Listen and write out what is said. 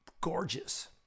Gorgeous